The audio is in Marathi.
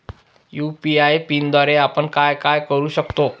यू.पी.आय पिनद्वारे आपण काय काय करु शकतो?